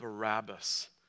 Barabbas